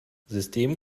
system